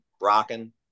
rocking